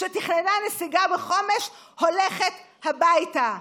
שתכננה נסיגה מחומש, הולכת הביתה.